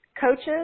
coaches